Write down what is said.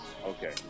Okay